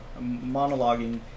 monologuing